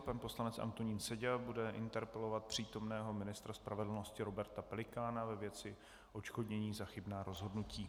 Pan poslanec Antonín Seďa bude interpelovat přítomného ministra spravedlnosti Roberta Pelikána ve věci odškodnění za chybná rozhodnutí.